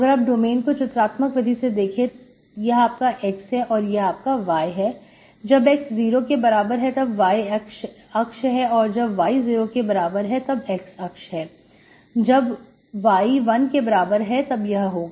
अगर आप डोमेन को चित्रात्मक विधि से देखें तो यह आपका x है और यह y है जब x जीरो के बराबर है तब y अक्ष है और जब y जीरो के बराबर है तब x अक्ष है जब y 1 के बराबर है तब यह होगा